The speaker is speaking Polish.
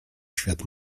świat